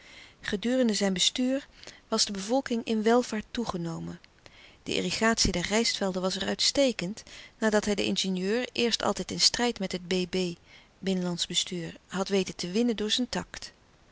gedurende zijn bestuur was de bevolking in welvaart toegenomen de irrigatie der rijstvelden was er uitstekend nadat hij den ingenieur eerst altijd in strijd met het had weten te winnen door zijn tact